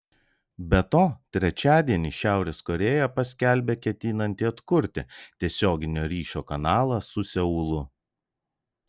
be to trečiadienį šiaurės korėja paskelbė ketinanti atkurti tiesioginio ryšio kanalą su seulu